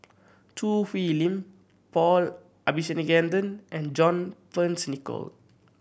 Choo Hwee Lim Paul Abisheganaden and John Fearns Nicoll